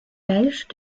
belges